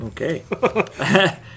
Okay